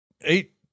eight